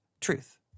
truth